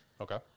Okay